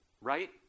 right